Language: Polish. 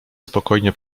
spokojnie